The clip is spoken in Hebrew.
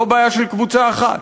זו בעיה של קבוצה אחת.